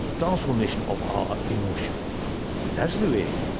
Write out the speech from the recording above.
transformation of our emotion that's the way,